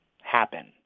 happen